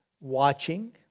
watching